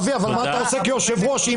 אבל אבי, מה אתה כיושב-ראש הלשכה עושה?